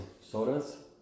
sodas